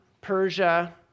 Persia